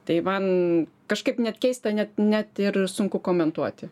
tai man kažkaip net keista net net ir sunku komentuoti